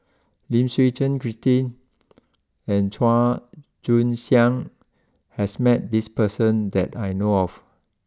Lim Suchen Christine and Chua Joon Siang has met this person that I know of